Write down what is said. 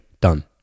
Done